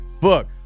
book